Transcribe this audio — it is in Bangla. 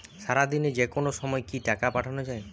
সারাদিনে যেকোনো সময় কি টাকা পাঠানো য়ায়?